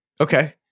Okay